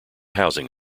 housing